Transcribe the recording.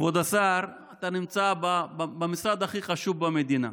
כבוד השר, אתה נמצא במשרד הכי חשוב במדינה.